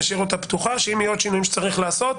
נשאיר אותה פתוחה כך שאם יהיו עוד שינויים שצריך לעשות,